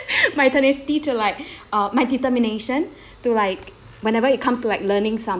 my tenacity to like uh my determination to like whenever it comes to like learning